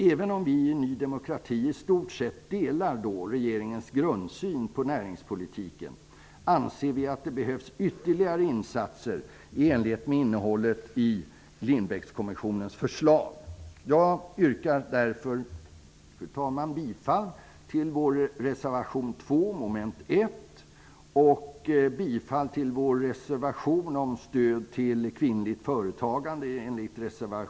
Även om vi i Ny demokrati i stort sett delar regeringens grundsyn på näringspolitiken anser vi att det behövs ytterligare insatser i enlighet med innehållet i Lindbeckkommissionens förslag. Jag yrkar därför bifall till vår reservation 2, i mom. 1, och bifall till vår reservation 8, i mom. 8, om stöd till kvinnligt företagande.